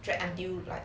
drag until like